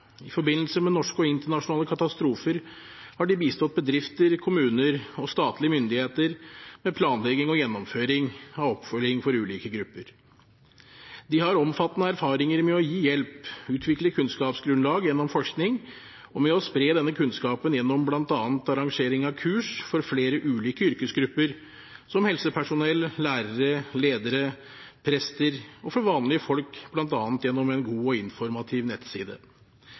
I forbindelse med norske og internasjonale katastrofer har de bistått bedrifter, kommuner og statlige myndigheter med planlegging og gjennomføring av oppfølging for ulike grupper. De har omfattende erfaring med å gi hjelp og utvikle kunnskapsgrunnlag gjennom forskning og med å spre denne kunnskapen gjennom bl.a. arrangering av kurs for flere ulike yrkesgrupper, som helsepersonell, lærere, ledere, prester, og for vanlige folk bl.a. gjennom en god og informativ nettside.